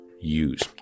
use